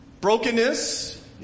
Brokenness